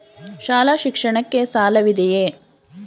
ಶಾಲಾ ಶಿಕ್ಷಣಕ್ಕೆ ಸಾಲವಿದೆಯೇ?